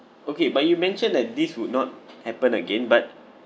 okay but you mentioned that this would not happen again but